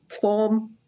form